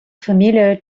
familiar